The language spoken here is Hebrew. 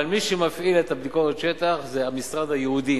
אבל מי שמפעיל את ביקורת השטח זה המשרד הייעודי,